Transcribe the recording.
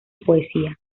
poesía